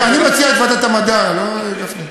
אני מציע את ועדת המדע, גפני.